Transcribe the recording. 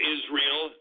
Israel